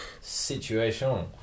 situation